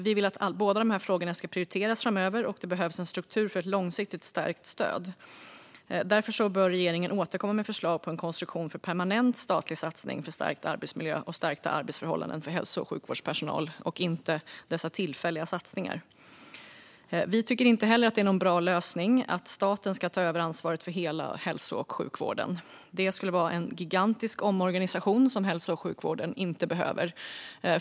Vi vill att båda dessa frågor ska prioriteras framöver. Det behövs en struktur för ett långsiktigt stärkt stöd. Därför bör regeringen återkomma med förslag på en konstruktion för en permanent statlig satsning på stärkt arbetsmiljö och stärkta arbetsförhållanden för hälso och sjukvårdspersonal och inte dessa tillfälliga satsningar. Vi tycker inte heller att det är någon bra lösning att staten tar över ansvaret för hela hälso och sjukvården. Det skulle vara en gigantisk omorganisation som hälso och sjukvården inte behöver.